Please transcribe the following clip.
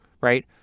Right